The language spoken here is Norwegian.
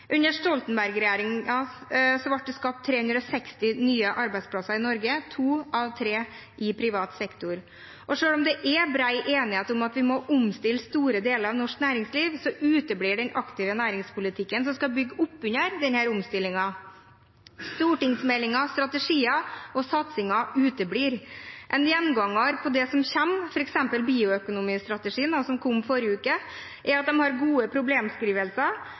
Under Stoltenberg-regjeringen ble det skapt 360 000 nye arbeidsplasser i Norge, to av tre i privat sektor. Og selv om det er bred enighet om at vi må omstille store deler av norsk næringsliv, uteblir den aktive næringspolitikken som skal bygge opp under denne omstillingen. Stortingsmeldinger, strategier og satsinger uteblir. En gjenganger i det som kommer, f.eks. bioøkonomistrategien, som kom i forrige uke, er at de har gode